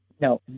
No